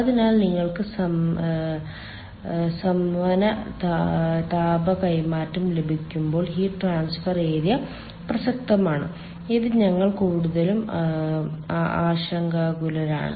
അതിനാൽ നിങ്ങൾക്ക് സംവഹന താപ കൈമാറ്റം ലഭിക്കുമ്പോൾ ഹീറ്റ് ട്രാൻസ്ഫർ ഏരിയ പ്രസക്തമാണ് അത് ഞങ്ങൾ കൂടുതലും ആശങ്കാകുലരാണ്